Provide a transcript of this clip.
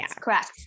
Correct